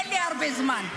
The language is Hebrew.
אין לי הרבה זמן.